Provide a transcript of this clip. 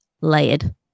layered